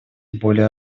более